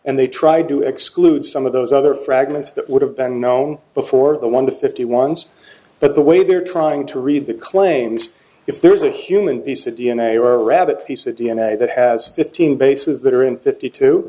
and they tried to exclude some of those other fragments that would have been known before the one to fifty ones but the way they are trying to read the claims if there was a human piece of d n a or a rabbit piece of d n a that has fifteen bases that are in fifty two